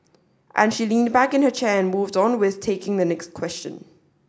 and she leaned back into her chair and moved on with taking the next question